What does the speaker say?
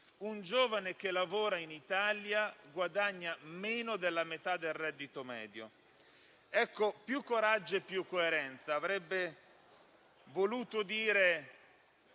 Un giovane che lavora in Italia guadagna meno della metà del reddito medio. Ebbene, più coraggio e più coerenza avrebbero voluto dire